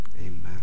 Amen